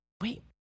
Wait